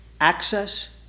access